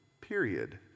period